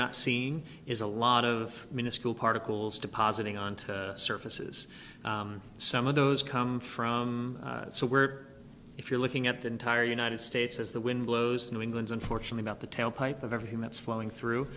not seeing is a lot of minuscule particles depositing onto surfaces some of those come from so we're if you're looking at the entire united states as the wind blows new england's unfortunately about the tailpipe of everything that's flowing through